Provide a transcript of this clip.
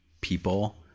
people